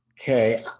Okay